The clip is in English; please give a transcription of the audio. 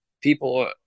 people